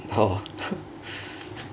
oh